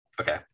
Okay